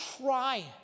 try